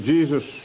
Jesus